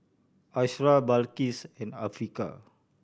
Asharaff Balqis and Afiqah